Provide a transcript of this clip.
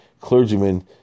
clergymen